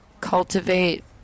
cultivate